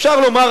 אפשר לומר,